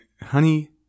Honey